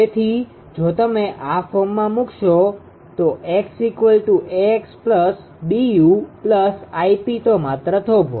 તેથી જો તમે આ ફોર્મમાં મૂકશો 𝑥̇ 𝐴𝑥 𝐵𝑢 Γ𝑝 તો માત્ર થોભો